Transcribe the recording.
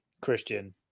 Christian